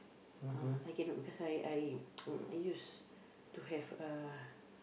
ah I cannot because I I I used to have a